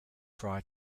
prior